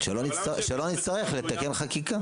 אבל למה --- שלא נצטרך לתקן חקיקה.